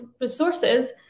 resources